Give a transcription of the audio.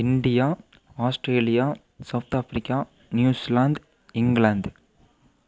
India Australia South Africa New Zealand England